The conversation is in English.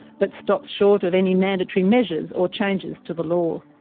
but stops short of any mandatory measures or changes to the law.